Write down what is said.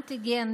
אנטיגן,